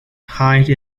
hide